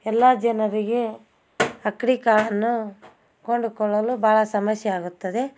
ಎಲ್ಲ ಜನರಿಗೆ ಅಕ್ಡಿ ಕಾಳನ್ನು ಕೊಂಡುಕೊಳ್ಳಲು ಭಾಳ ಸಮಸ್ಯೆ ಆಗುತ್ತದೆ